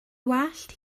wallt